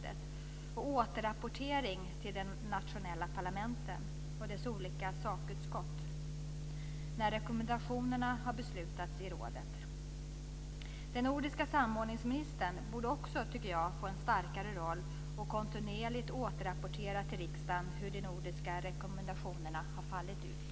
Det vore rimligt med återrapportering till de nationella parlamenten och deras olika sakutskott när rekommendationerna har beslutats i rådet. Den nordiska samordningsministern borde också, tycker jag, få en starkare roll och kontinuerligt återrapportera till riksdagen hur de nordiska rekommendationerna har fallit ut.